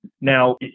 Now